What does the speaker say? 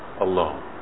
alone